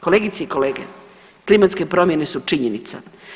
Kolegice i kolege, klimatske promjene su činjenica.